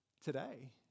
today